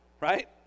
Right